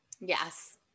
Yes